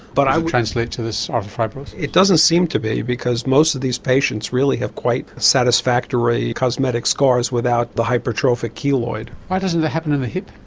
but it translate to this arthro fibrosis? it doesn't seem to be because most of these patients really have quite satisfactory cosmetic scars without the hypertrophic keloid. why doesn't it happen in the hip?